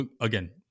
again